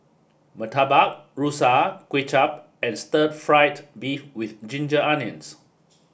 murtabak rusa kuay chap and stir fried beef with ginger onions